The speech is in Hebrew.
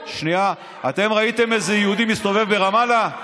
אתם ראיתם איזה יהודי מסתובב ברמאללה?